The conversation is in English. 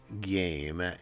game